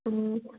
ꯎꯝ